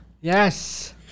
Yes